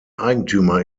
eigentümer